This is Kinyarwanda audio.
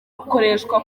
rukoreshwa